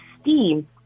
steam